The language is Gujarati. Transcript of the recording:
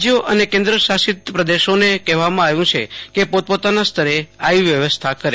રાજયો અને કેન્દ્રશાસિત પ્રદેશોને કહેવામાં આવ્યું છ કે પોતપોતાના સ્તરે આવી વ્યવસ્ થા કરે